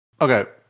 okay